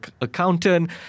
accountant